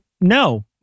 No